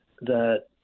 that